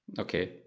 Okay